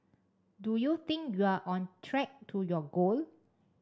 do you think you're on track to your goal